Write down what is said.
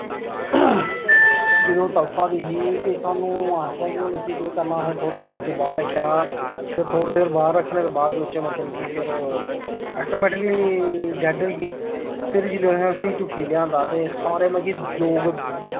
जिसलै ओह् तड़फा दी ही ते सानूं आक्खेआ कि हून इसी केह् करना कि थोह्ड़ी देर इसी बाह्र रक्खेआ जेल्लै थोह्ड़ी देर बाह्र रक्खने दे बाद बिच्च ओह् ऐटोमैटिकली डैड होई गेई फिर जिसलै असें उसगी चुक्कियै लेआंदा ते सारे मतलब कि दो